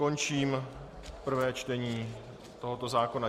Končím prvé čtení tohoto zákona.